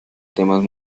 temas